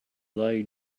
they